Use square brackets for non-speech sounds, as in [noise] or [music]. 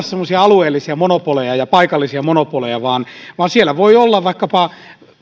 [unintelligible] semmoisia alueellisia monopoleja ja paikallisia monopoleja vaan vaan siellä voi olla vaikkapa